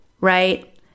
Right